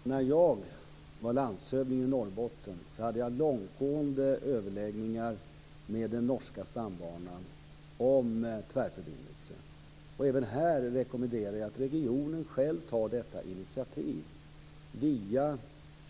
Herr talman! När jag var landshövding i Norrbotten hade jag långtgående överläggningar med representanter för den norska stambanan om tvärförbindelser. Även här rekommenderar jag att regionen själv tar initiativ via